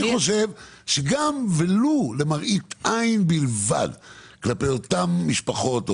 אני חושב שכדאי ולו למראית עין כלפי אותן משפחות,